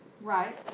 Right